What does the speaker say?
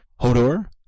Hodor